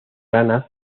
ranas